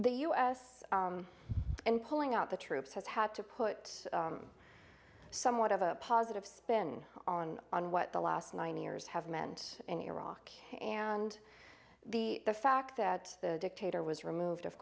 the us and pulling out the troops has had to put somewhat of a positive spin on on what the last nine years have meant in iraq and the fact that the dictator was removed of